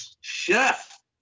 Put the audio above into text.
Chef